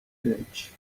bridge